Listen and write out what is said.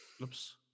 oops